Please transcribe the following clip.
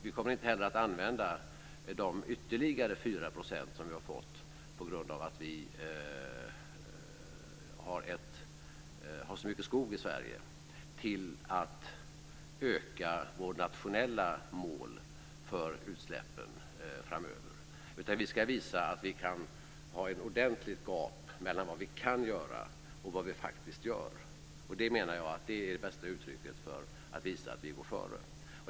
Vi kommer inte heller att använda de ytterligare 4 % som vi har fått på grund av att vi har så mycket skog i Sverige till att öka vårt nationella mål för utsläppen framöver. Vi ska i stället visa att vi kan ha ett ordentligt gap mellan vad vi kan göra och vad vi faktiskt gör. Jag menar att det är det bästa uttrycket för att visa att vi går före.